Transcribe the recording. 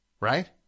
Right